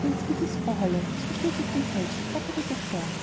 ganz gewiß frau holle das versteht sich von selbst klapperte der storch